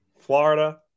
Florida